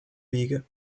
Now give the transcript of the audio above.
wege